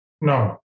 no